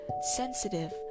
sensitive